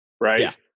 right